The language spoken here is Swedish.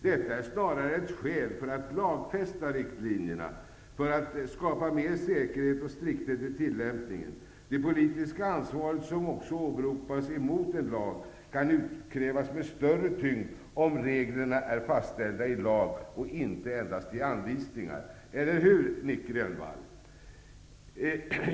Detta är snarare ett skäl för att lagfästa riktlinjerna, för att skapa mer säkerhet och strikthet i tillämpningen. Det politiska ansvaret, som också åberopas emot en lag, kan utkrävas med större tyngd om reglerna är fastställda i lag och inte endast i anvisningar -- eller hur, Nic Grönvall?